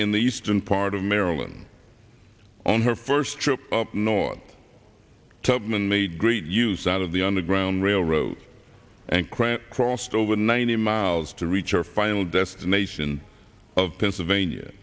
in the eastern part of maryland on her first trip up north tubman made great use out of the underground railroad and crash crossed over ninety miles to reach her final destination of pennsylvania